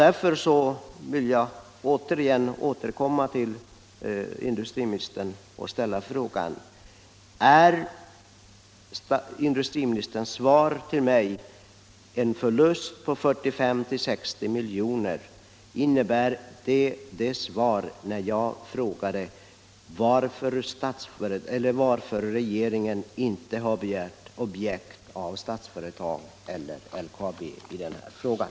Därför vill jag ännu en gång återkomma till industriministern och ställa frågan: Varför har inte regeringen begärt offert från Statsföretag eller LKAB och blir förlusten verkligen 45-60 milj.kr. årligen.